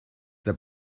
that